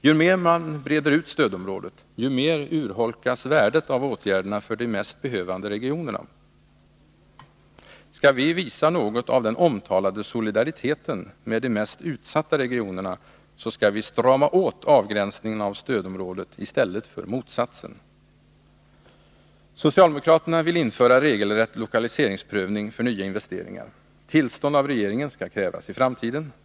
Ju mer man breder ut stödområdet, desto mer urholkas värdet av åtgärderna för de mest behövande regionerna. Skall vi visa något av den omtalade solidariteten med de mest utsatta regionerna, skall vi strama åt avgränsningen av stödområdet i stället för motsatsen. Socialdemokraterna vill införa regelrätt lokaliseringsprövning för nya investeringar. Tillstånd av regeringen skall krävas i framtiden.